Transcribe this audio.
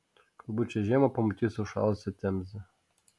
galbūt šią žiemą pamatysiu užšalusią temzę